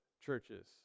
churches